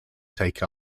take